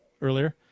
earlier